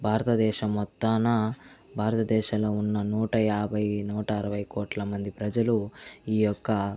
భారతదేశం మొత్తానా భారతదేశంలో ఉన్న నూట యాభై నూట అరవై కోట్ల మంది ప్రజలు ఈ యొక్క